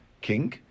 king